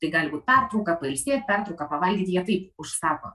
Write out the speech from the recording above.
tai gali būt pertrauka pailsėt pertrauka pavalgyt jie taip užsako